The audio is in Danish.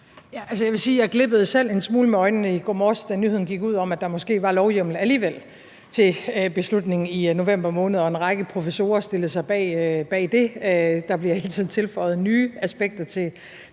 jeg glippede selv en smule med øjnene i går morges, da nyheden gik ud om, at der måske alligevel var lovhjemmel til beslutningen i november måned, og da en række professorer stillede sig bag det. Der bliver hele tiden tilføjet nye aspekter til den her